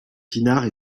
pinard